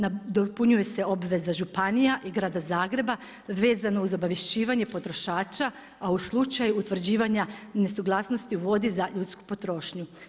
Nadopunjuju se obveze županija i Grada Zagreba vezano uz obavješćivanje potrošača a u slučaju utvrđivanja nesuglasnosti vode za ljudsku potrošnju.